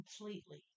completely